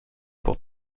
pour